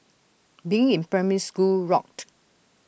being in primary school rocked